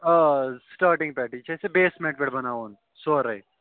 آ سِٹاٹِنٛگ پٮ۪ٹھٕے یہِ چھِ ژےٚ بیسمٮ۪نٛٹ پٮ۪ٹھ بَناوُن سورُے